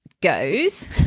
goes